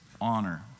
Honor